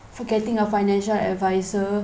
for getting a financial advisor